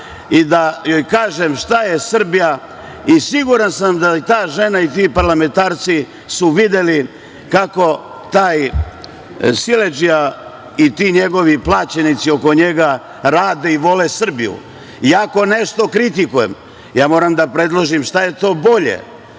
i da joj kažem šta je Srbija. Siguran sam da je ta žena i ti parlamentarci su videli kako taj siledžija i ti njegovi plaćenici oko njega rade i vole Srbiju. Ja ako nešto kritikujem ja moram da predložim šta je to bolje.